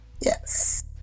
Yes